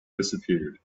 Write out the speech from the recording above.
disappeared